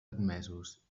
admesos